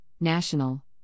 national